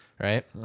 right